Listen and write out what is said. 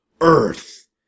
Earth